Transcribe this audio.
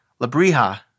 Labrija